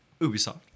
Ubisoft